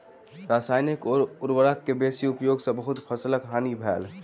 रसायनिक उर्वरक के बेसी उपयोग सॅ बहुत फसीलक हानि भेल